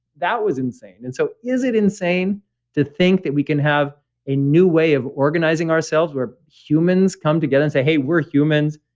that was insane. and so is it insane to think that we can have a new way of organizing ourselves where humans come together and say, hey, we we're humans,